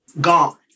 gone